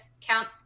count